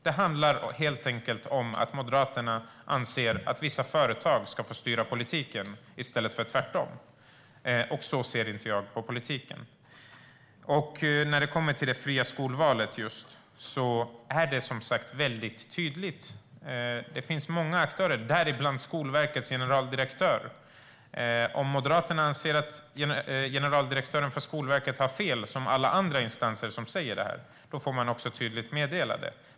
Det handlar helt enkelt om att Moderaterna anser att vissa företag ska få styra politiken i stället för tvärtom. Så ser inte jag på politiken. När det kommer till det fria skolvalet är det tydligt. Det finns många aktörer, däribland Skolverkets generaldirektör. Om Moderaterna anser att generaldirektören för Skolverket har fel, precis som alla andra instanser, får man också tydligt meddela det.